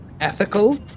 ethical